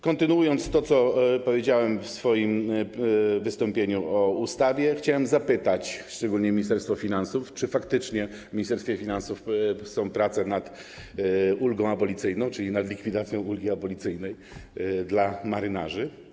Kontynuując to, co powiedziałem w swoim wystąpieniu o ustawie, chciałem zapytać, szczególnie Ministerstwo Finansów, czy faktycznie w Ministerstwie Finansów są prowadzone prace nad ulgą abolicyjną, czyli nad likwidacją ulgi abolicyjnej dla marynarzy.